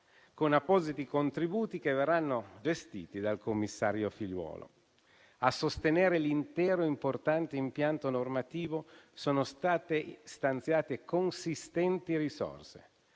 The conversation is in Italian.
con appositi contributi che verranno gestiti dal commissario Figliuolo. A sostenere l'intero importante impianto normativo sono state stanziate consistenti risorse,